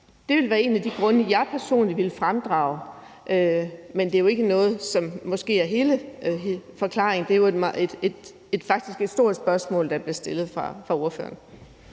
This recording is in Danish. Det vil være en af de grunde, jeg personligt ville fremdrage, men det er ikke noget, som måske er hele forklaringen. Det er jo faktisk et stort spørgsmål, der bliver stillet af ordføreren.